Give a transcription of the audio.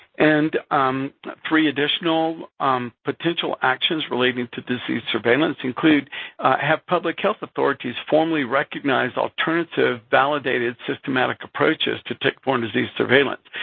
and three additional potential actions relating to disease surveillance include have public health authorities formally recognize alternative, validated, systematic approaches to tick-borne disease surveillance.